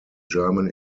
german